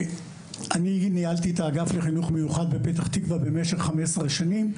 אני ניהלתי את האגף לחינוך מיוחד בפתח תקווה במשך 15 שנים.